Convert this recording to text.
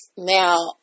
Now